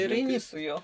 ir eini su juo